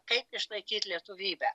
kaip išlaikyt lietuvybę